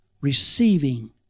Receiving